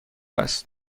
است